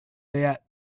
that